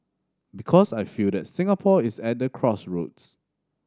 because I feel that Singapore is at the crossroads